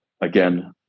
again